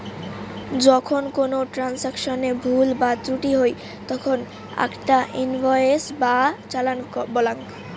যখন কোনো ট্রান্সাকশনে ভুল বা ত্রুটি হই তখন আকটা ইনভয়েস বা চালান বলাঙ্গ